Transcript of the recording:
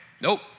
Nope